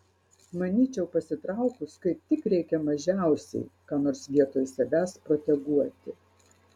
manyčiau pasitraukus kaip tik reikia mažiausiai ką nors vietoj savęs proteguoti